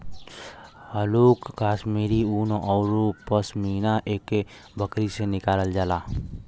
हल्लुक कश्मीरी उन औरु पसमिना एक्के बकरी से निकालल जाला